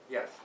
Yes